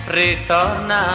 ritorna